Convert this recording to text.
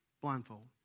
blindfold